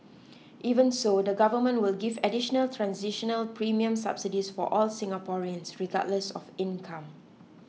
even so the Government will give additional transitional premium subsidies for all Singaporeans regardless of income